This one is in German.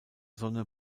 sonne